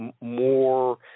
more